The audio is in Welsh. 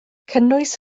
cynnwys